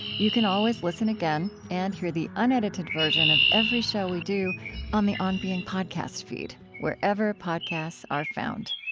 you can always listen again, and hear the unedited version of every show we do on the on being podcast feed wherever podcasts are found